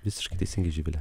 visiškai teisingai živile